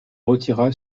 retira